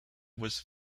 was